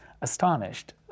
astonished